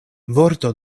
vorto